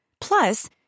Plus